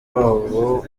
wabo